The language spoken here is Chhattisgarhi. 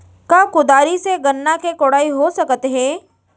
का कुदारी से गन्ना के कोड़ाई हो सकत हे?